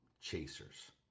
chasers